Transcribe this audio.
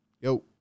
Yo